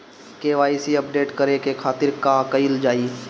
KYC update करे के खातिर का कइल जाइ?